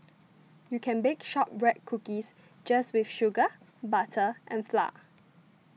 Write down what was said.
you can bake Shortbread Cookies just with sugar butter and flour